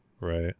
right